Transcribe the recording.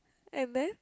and then